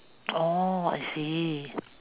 orh I see